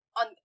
on